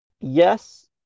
yes